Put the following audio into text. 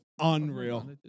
unreal